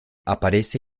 aparece